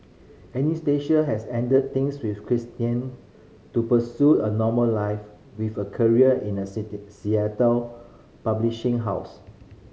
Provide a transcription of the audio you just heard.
Anastasia has ended things with Christian to pursue a normal life with a career in a city Seattle publishing house